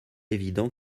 évident